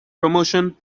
promotion